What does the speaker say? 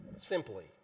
simply